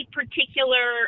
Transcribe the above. particular